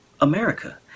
america